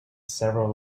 several